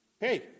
Hey